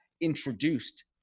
introduced